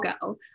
go